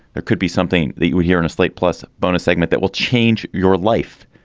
there could be something that you hear in slate plus bonus segment that will change your life.